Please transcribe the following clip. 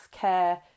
care